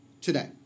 today